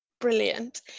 Brilliant